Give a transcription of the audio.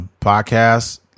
podcast